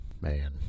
Man